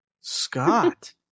Scott